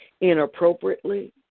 inappropriately